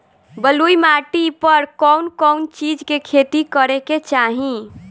बलुई माटी पर कउन कउन चिज के खेती करे के चाही?